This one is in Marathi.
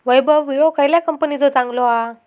वैभव विळो खयल्या कंपनीचो चांगलो हा?